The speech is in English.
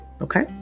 okay